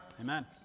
Amen